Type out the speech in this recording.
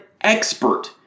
expert